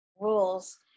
Rules